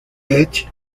edge